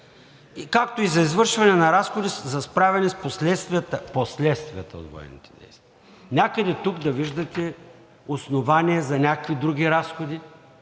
както и за извършване на разходи за справяне с последствията, последствията от военните действия.“ Някъде тук да виждате основания за някакви други разходи?